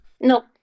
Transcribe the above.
Nope